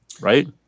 Right